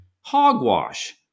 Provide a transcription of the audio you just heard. Hogwash